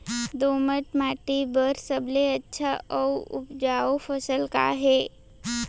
दोमट माटी बर सबले अच्छा अऊ उपजाऊ फसल का हे?